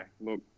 look